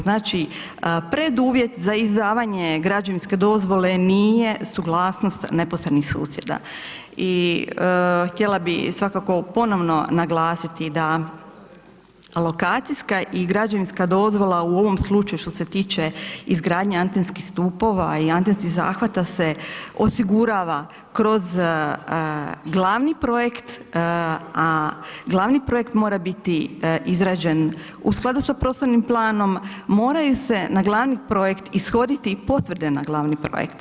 Znači, preduvjet za izdavanje građevinske dozvole nije suglasnost neposrednih susjeda i htjela bih svakako ponovno naglasiti da lokacijska i građevinska dozvola u ovom slučaju što se tiče izgradnje antenskih stupova i antenskih zahvata se osigurava kroz glavni projekt, a glavni projekt mora biti izrađen u skladu sa prostornim planom, moraju se na glavni projekt ishoditi i potvrde na glavni projekt.